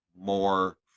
more